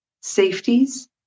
safeties